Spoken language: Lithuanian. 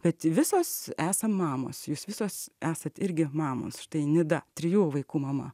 bet visos esam mamos jūs visos esat irgi mamos štai nida trijų vaikų mama